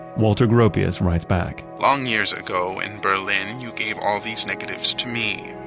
walter gropius writes back long years ago in berlin, and you gave all these negatives to me.